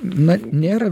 na nėra